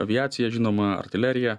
aviacija žinoma artilerija